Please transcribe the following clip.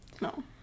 No